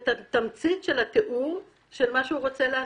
ואת תמצית התיאור של מה שהגוף הזה רוצה לעשות,